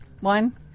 one